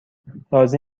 راضی